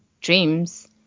Dreams